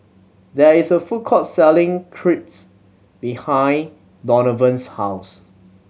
there is a food court selling Crepe behind Donavon's house